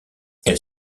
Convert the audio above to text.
elle